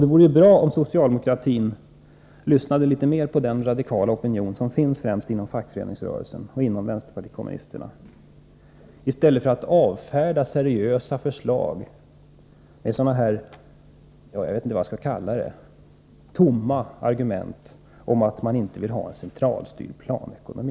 Det vore bra om socialdemokratin lyssnade mera på den radikala opinion som finns främst inom fackföreningsrörelsen och inom vpk i stället för att avfärda seriösa förslag med tomma argument — att man inte vill ha en centralstyrd planekonomi.